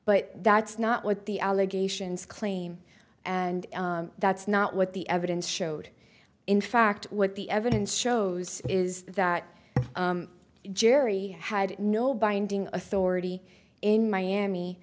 but that's not what the allegations claim and that's not what the evidence showed in fact what the evidence shows is that jerry had no binding authority in miami